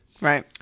Right